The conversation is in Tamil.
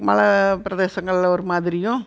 மலைப்பிரதேசங்கள்ல ஒரு மாதிரியும்